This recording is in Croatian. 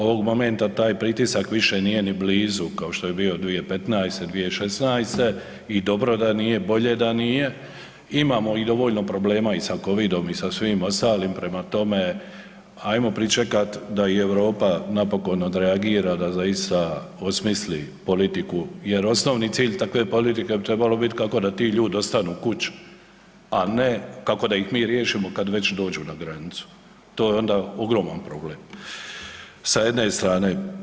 Ovog momenta taj pritisak više nije ni blizu kao što je bio 2015.-te, 2016.-te, i dobro da nije, bolje da nije, imamo i dovoljno problema i sa COVID-om, i sa svim ostalim, prema tome ajmo pričekat da i Europa napokon odreagira, da ... osmisli politiku, jer osnovni cilj takve politike bi trebalo bit' kako da ti ljudi ostanu kuć', a ne kako da ih mi riješimo kad već dođu na granicu, to je onda ogroman problem sa jedne strane.